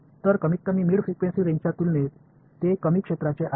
तर कमीतकमी mid frequency रेंजच्या तुलनेत ते कमी श्रेणीचे आहेत